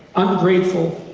ungrateful.